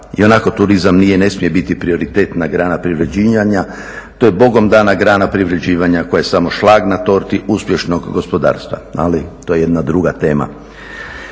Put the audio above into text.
Ionako turizam nije i ne smije biti prioritetna grana privrede, to je Bogom dana grana privređivanja koja je samo šlag na torti uspješnog gospodarstva. Ali, to je jedna druga tema.